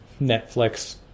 netflix